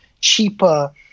cheaper